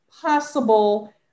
possible